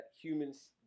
humans